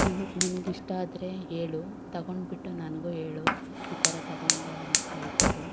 ನಿನ್ಗೆ ನಿನ್ಗೆ ಇಷ್ಟ ಆದರೆ ಹೇಳು ತಗೊಂಡ್ಬಿಟ್ಟು ನನಗೂ ಹೇಳು ಈ ಥರ ತಗೊಂಡೆ ಅಂತ ಹೇಳಿಬಿಟ್ಟು